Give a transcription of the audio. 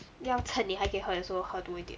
要趁你还可以喝的时候喝多一点